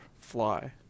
fly